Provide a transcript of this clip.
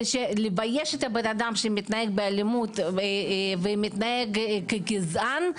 לבייש את הבן אדם שמתנהג באלימות ומתנהג כגזען.